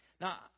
Now